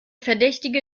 verdächtige